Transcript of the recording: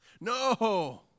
No